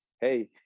hey